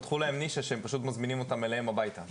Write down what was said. לקחת את אמנת השחקנים ולהתאים אותה לכל מה שקשור לעולם הדוגמנות בעצם.